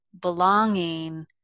belonging